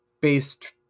based